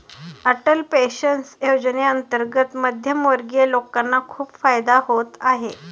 Atal pension योजनेअंतर्गत मध्यमवर्गीय लोकांना खूप फायदा होत आहे